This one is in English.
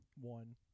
One